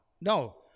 No